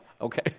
okay